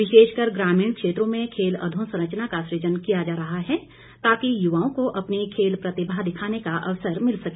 विशेषकर ग्रामीण क्षेत्रों में खेल अधोसंरचना का सुजन किया जा रहा है ताकि युवओं को अपनी खेल प्रतिभा दिखाने का अवसर मिल सके